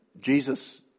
Jesus